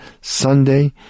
Sunday